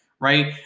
right